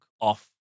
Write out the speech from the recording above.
off